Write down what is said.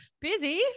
busy